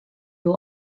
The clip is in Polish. był